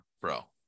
bro